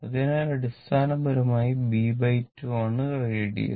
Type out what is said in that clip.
അതിനാൽ അടിസ്ഥാനപരമായി b2 ആണ് റേഡിയോസ്